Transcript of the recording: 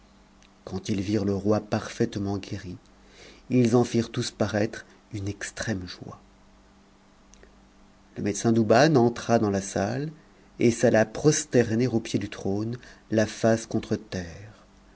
quand ils virent le roi parfaitement guéri ils en firent tous paraître une extrême joie le médecin douban entra dans la salle et s'alla prosterner au pied du trône la face contre terre